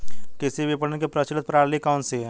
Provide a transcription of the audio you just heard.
कृषि विपणन की प्रचलित प्रणाली कौन सी है?